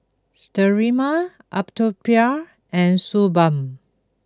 Sterimar Atopiclair and Suu Balm